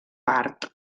part